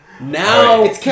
Now